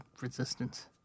Resistance